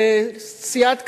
לסיעת קדימה,